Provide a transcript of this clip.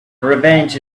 revenge